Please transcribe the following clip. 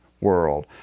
world